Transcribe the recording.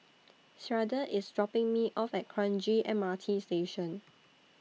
Sharde IS dropping Me off At Kranji M R T Station